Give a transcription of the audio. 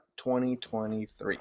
2023